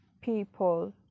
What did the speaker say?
people